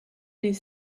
les